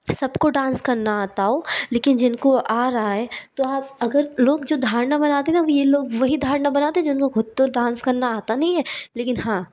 सब को डांस करना आता हो लेकिन जिन को आ रहा है तो आप अगर लोग जो धारणा बनाते हैं ना वो ये लोग वही धारणा बनाते जिन को ख़ुद तो डांस करना आता नहीं है लेकिन हाँ